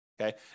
okay